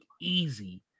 easy